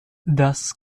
das